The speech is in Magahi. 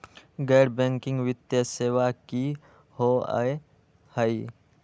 गैर बैकिंग वित्तीय सेवा की होअ हई?